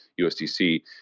USDC